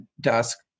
dusk